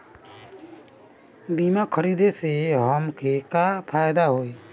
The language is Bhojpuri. बीमा खरीदे से हमके का फायदा होई?